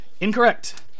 Incorrect